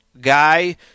guy